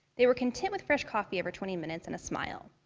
they were content with fresh coffee every twenty minutes and a smile.